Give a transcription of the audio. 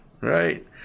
right